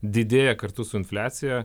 didėja kartu su infliacija